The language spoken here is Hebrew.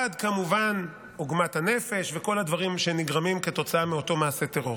כמובן מלבד עוגמת הנפש וכל הדברים שנגרמים כתוצאה מאותו מעשה טרור.